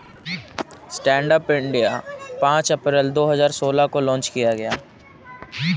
stand up India पांच अप्रैल दो हजार सोलह को लॉन्च किया गया